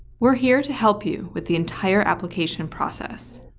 we're here to help you with the entire application process.